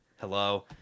hello